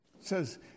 says